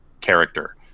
character